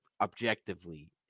objectively